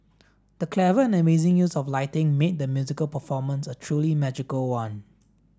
the clever and amazing use of lighting made the musical performance a truly magical one